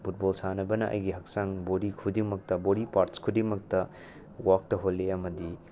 football ꯁꯥꯟꯅꯕꯅ ꯑꯩꯒꯤ ꯍꯛꯆꯥꯡ ꯕꯣꯗꯤ ꯈꯨꯗꯤꯡꯃꯛꯇ ꯕꯣꯗꯤ ꯄꯥ꯭ꯔꯠꯁ ꯈꯨꯗꯤꯡꯃꯛꯇ ꯋꯥꯛ ꯇꯧꯍꯜꯂꯤ ꯑꯃꯗꯤ